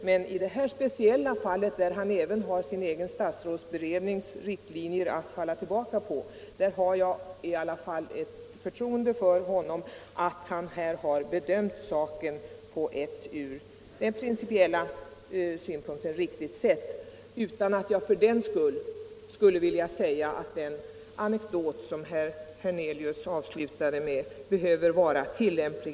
Men i detta speciella fall, där statsministern även har sin egen statsrådsberednings riktlinjer att falla tillbaka på, litar jag på att statsministern har bedömt saken på ett från principiella synpunkter riktigt sätt. För den skull vill jag inte säga att den anekdot som herr Hernelius avslutade med behöver vara tillämplig.